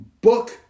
book